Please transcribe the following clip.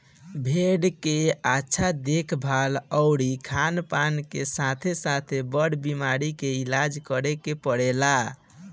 भेड़ के अच्छा देखभाल अउरी खानपान के साथे साथे, बर बीमारी के इलाज करे के पड़ेला